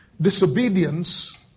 Disobedience